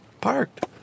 Parked